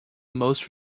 most